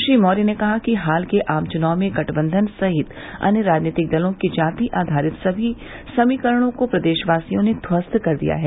श्री मौर्य ने कहा कि हाल के आम चुनाव में गठबन्धन सहित अन्य राजनीतिक दलों के जाति आधारित सभी समीकरणों को प्रदेशवासियों ने ध्वस्त कर दिया है